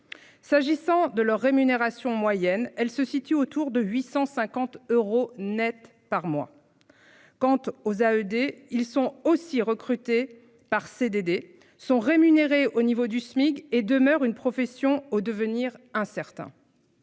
S'agissant de leur rémunération moyenne elle se situe autour de 850 euros Net par mois. Quant aux à ED. Ils sont aussi recruté par CDD sont rémunérés au niveau du SMIC et demeure une profession au devenir incertain.